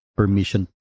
permission